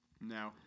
No